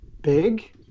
big